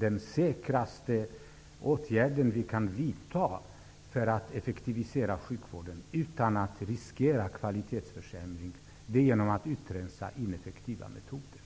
den säkraste åtgärden vi kan vidta för att effektivisera sjukvården utan att riskera kvalitetsförsämring är att rensa ut ineffektiva metoder.